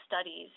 studies